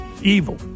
Evil